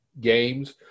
games